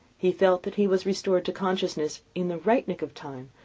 he felt that he was restored to consciousness in the right nick of time,